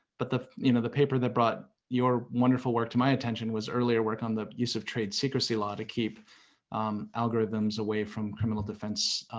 but the you know the paper that brought your wonderful work to my attention was earlier work on the use of trade secrecy law to keep algorithms away from criminal defense